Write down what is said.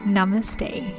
Namaste